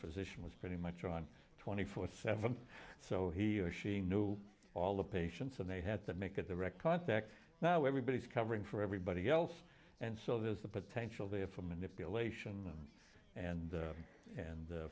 physician was pretty much on twenty four seventh's so he or she knew all the patients and they had to make a direct contact now everybody's covering for everybody else and so there's the potential there for manipulation and and